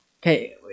Okay